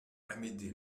amédée